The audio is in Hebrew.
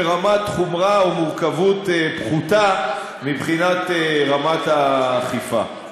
ברמת חומרה או מורכבות פחותה מבחינת רמת האכיפה.